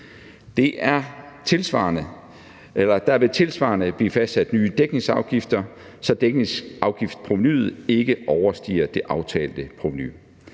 Der vil tilsvarende blive fastsat nye dækningsafgifter, så dækningsafgiftsprovenuet ikke overstiger det aftalte provenu.